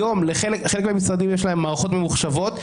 היום לחלק מהמשרדים יש מערכות ממוחשבות,